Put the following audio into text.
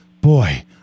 boy